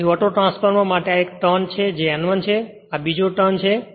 તેથી ઓટોટ્રાન્સફોર્મર માટે આ એક ટર્ન જે N1 છે અને આ બીજો ટર્ન છે